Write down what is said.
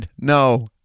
no